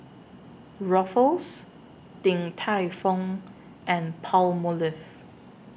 Ruffles Din Tai Fung and Palmolive